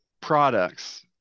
products